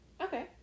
Okay